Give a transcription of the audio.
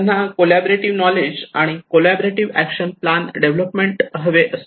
त्यांना collaborative knowledge आणि collaborative action plan development हवे असते